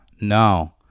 no